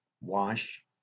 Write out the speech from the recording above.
wash